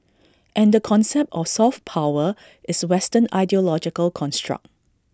and the concept of soft power is western ideological construct